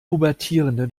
pubertierende